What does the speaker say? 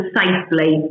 safely